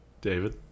David